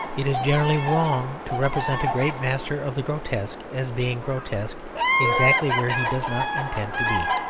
it is generally wrong to represent a great master of the grotesque as being grotesque exactly where he does not intend to be.